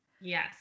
Yes